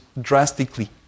drastically